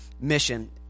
mission